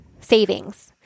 savings